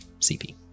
CP